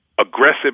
aggressive